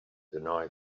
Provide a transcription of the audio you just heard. deny